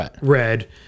red